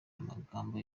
amagambo